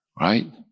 right